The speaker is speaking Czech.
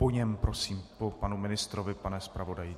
Po něm prosím, po panu ministrovi, pane zpravodaji.